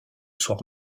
soir